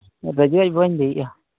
ᱨᱟᱹᱡᱩ ᱟᱡ ᱵᱟᱵᱟᱧ ᱞᱟᱹᱭᱮᱜᱼᱟ